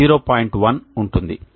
1 ఉంటుంది